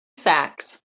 sacks